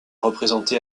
représenté